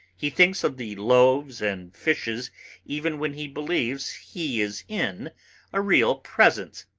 he thinks of the loaves and fishes even when he believes he is in a real presence.